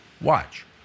Watch